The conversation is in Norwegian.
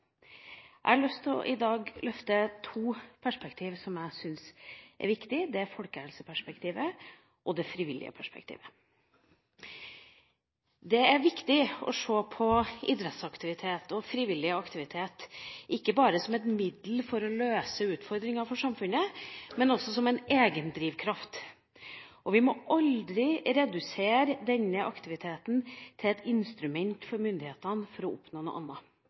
Jeg har i dag lyst til å løfte fram to perspektiver som jeg syns er viktig, nemlig folkehelseperspektivet og det frivillige perspektivet. Det er viktig å se på idrettsaktivitet og frivillig aktivitet ikke bare som et middel for å løse utfordringer for samfunnet, men også som en egendrivkraft. Vi må aldri redusere denne aktiviteten til et instrument for myndighetene til å oppnå noe